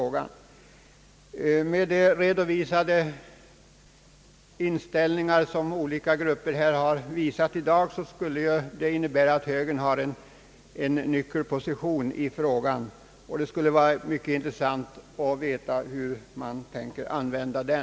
Med de inställningar som olika grupper här har redovisat i dag skulle högern ha en nyckelposition i frågan, och det skulle vara mycket intressant att få veta hur man tänker använda den.